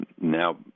Now